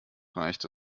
reicht